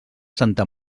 santa